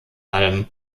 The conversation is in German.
allem